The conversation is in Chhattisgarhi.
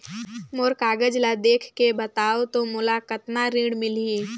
मोर कागज ला देखके बताव तो मोला कतना ऋण मिलही?